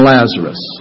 Lazarus